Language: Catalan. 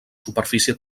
superfície